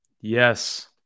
Yes